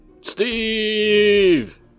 Steve